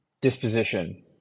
disposition